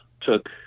took